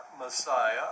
messiah